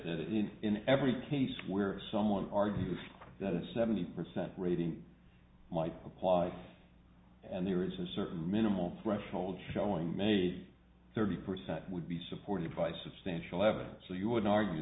that in in every case where someone argues that a seventy percent rating might apply and there is a certain minimal threshold showing made thirty percent would be supported by substantial evidence so you would argue